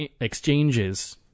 exchanges